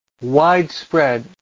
widespread